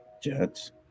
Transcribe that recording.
Jets